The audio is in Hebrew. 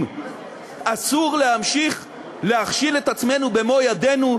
אסור להמשיך להכשיל את עצמנו במו-ידינו.